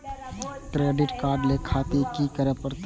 Credit card ले खातिर की करें परतें?